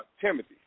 Timothy